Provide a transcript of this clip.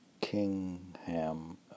Kingham